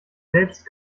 selbst